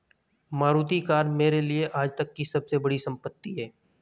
Maruti car मेरे लिए आजतक की सबसे बड़ी संपत्ति है